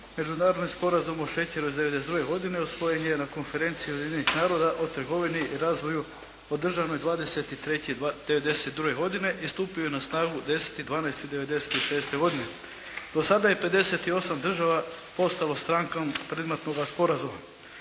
Međunarodni sporazum o šećeru iz 1992. godine usvojen je na Konferenciji Ujedinjenih naroda o trgovini i razvoju održanoj 20.3.1992. godine i stupio je na snagu 10.12.1996. godine. Do sada je pedeset i osam država postalo strankom predmetnoga sporazuma.